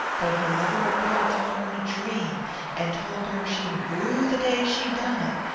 though her mother appeared to her in a dream and told her she'd rue the day she done it,